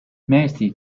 مرسی